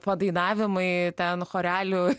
padainavimai ten chorelių